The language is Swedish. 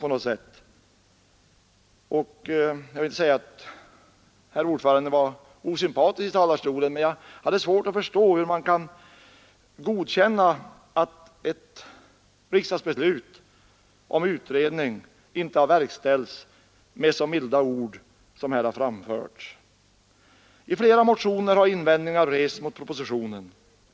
Jag vill inte säga att utskottets ordförande var osympatisk i sitt uppträdande i talarstolen, men jag hade svårt att förstå hur han kunde godkänna att ett riksdagens beslut om en utredning inte verkställts och att han kunde kommentera den saken med så milda ord som han här använde. Invändningar har rests mot propositionen i flera motioner.